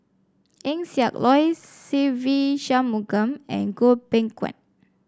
Eng Siak Loy Se Ve Shanmugam and Goh Beng Kwan